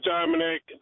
Dominic